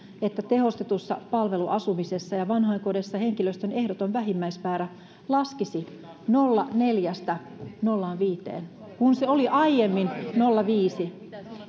että tehostetussa palveluasumisessa ja vanhainkodeissa henkilöstön ehdoton vähimmäismäärä laskisi nolla pilkku neljästä nolla pilkku viiteen kun se oli aiemmin nolla pilkku viisi